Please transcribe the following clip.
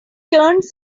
turns